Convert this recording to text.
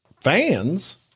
fans